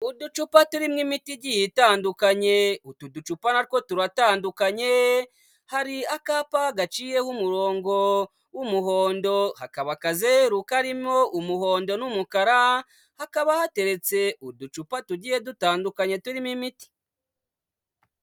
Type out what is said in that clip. Uducupa turimo imiti igiye itandukanye, utu ducupa na two turatandukanye, hari akapa gaciyeho umurongo w'umuhondo, hakaba akazeru karimo umuhondo n'umukara, hakaba hateretse uducupa tugiye dutandukanye turimo imiti.